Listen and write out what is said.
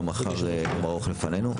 גם מחר יום ארוך לפנינו.